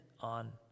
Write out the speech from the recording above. on